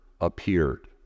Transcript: appeared